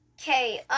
Okay